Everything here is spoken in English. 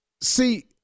See